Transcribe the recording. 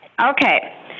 Okay